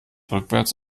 rückwärts